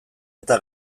eta